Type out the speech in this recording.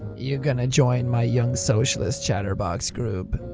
you gonna join my young socialists chatterbox group?